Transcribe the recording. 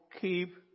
keep